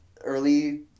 early